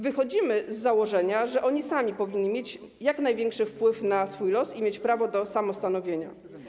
Wychodzimy z założenia, że oni sami powinni mieć jak największy wpływ na swój los i prawo do samostanowienia.